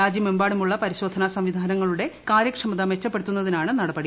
രാജ്യമെമ്പാടുമുള്ള പരിശോധന സംവിധാനങ്ങളുടെ കാര്യക്ഷമത മെച്ചപ്പെടുത്തുന്നതിനാണ് നടപടി